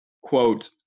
Quote